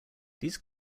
these